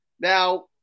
Now